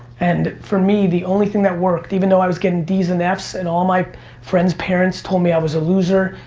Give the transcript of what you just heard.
and for me, the only thing that worked, even though i was getting d's and f's and all my friends parents told me i was a loser,